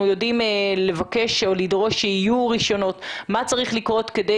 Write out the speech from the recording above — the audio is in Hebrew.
יודעים לבקש או לדרוש שיהיו רישיונות ומה צריך לקרות כדי